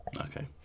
Okay